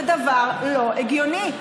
זה דבר לא הגיוני.